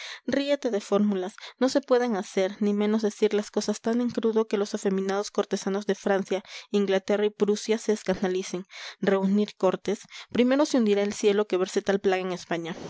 ríete de fórmulas no se pueden hacer ni menos decir las cosas tan en crudo que los afeminados cortesanos de francia inglaterra y prusia se escandalicen reunir cortes primero se hundirá el cielo que verse tal plaga en españa